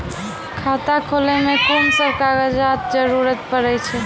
खाता खोलै मे कून सब कागजात जरूरत परतै?